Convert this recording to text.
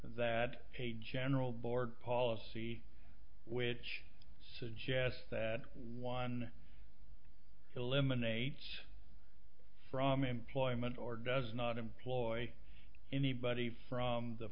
that a general board policy which suggests that one eliminates from employment or does not employ anybody from the